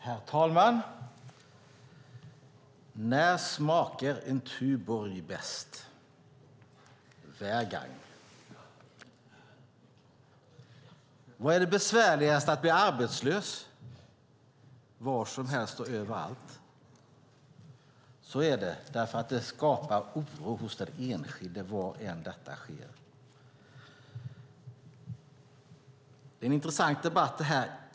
Herr talman! Hvornaar smager en Tuborg bedst? Hvergang! Var är det besvärligast att bli arbetslös? Var som helst och överallt! Så är det därför att det skapar oro hos den enskilde var än detta sker. Detta är en intressant debatt.